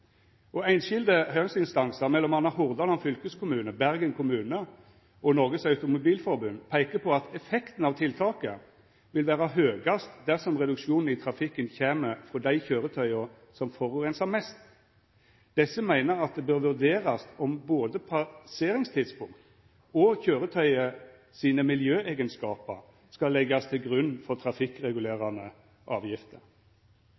Einskilde høyringsinstansar, m.a. Hordaland fylkeskommune, Bergen kommune og Norges Automobil-Forbund, peikar på at effekten av tiltaket vil vera høgast dersom reduksjonen i trafikken kjem frå dei køyretøya som forureinar mest. Desse meiner at det bør vurderast om både passeringstidspunkt og køyretøyet sine miljøeigenskapar skal leggjast til grunn for